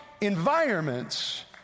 environments